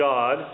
God